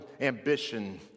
ambition